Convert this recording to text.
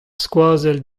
skoazell